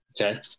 Okay